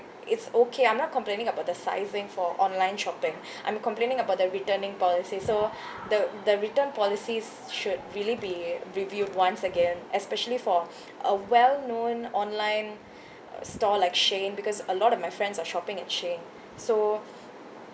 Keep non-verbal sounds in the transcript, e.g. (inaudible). it's okay I'm not complaining about the sizing for online shopping (breath) I'm complaining about the returning policy so the the return policies should really be reviewed once again especially for (breath) a well known online store like Shein because a lot of my friends are shopping at Shein so